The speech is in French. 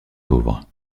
pauvres